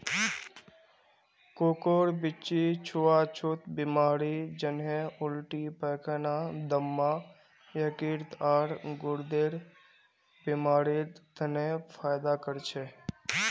कोकोर बीच्ची छुआ छुत बीमारी जन्हे उल्टी पैखाना, दम्मा, यकृत, आर गुर्देर बीमारिड तने फयदा कर छे